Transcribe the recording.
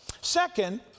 Second